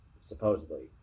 supposedly